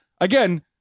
again